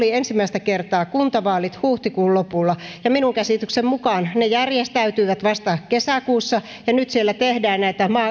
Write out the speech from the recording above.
meillä oli ensimmäistä kertaa kuntavaalit huhtikuun lopulla ja minun käsitykseni mukaani ne järjestäytyivät vasta kesäkuussa ja nyt siellä tehdään näitä